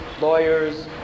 lawyers